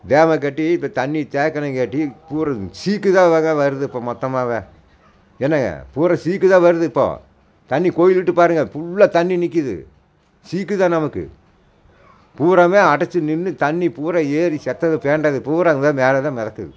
டேம்மை கட்டி இப்போ தண்ணி தேக்குனங்காட்டி பூரா சீக்குதான் வேக வருது இப்போது மொத்தமாகவே என்னங்க பூராக சீக்குதான் வருது இப்போது தண்ணி கோயில்கிட்ட பாருங்கள் புல்லாக தண்ணி நிற்குது சீக்குதான் நமக்கு பூராமே அடச்சி நின்று தண்ணி பூராக ஏரி செத்தது பேண்டது பூராக அங்கேதான் மேலேதான் மிதக்குது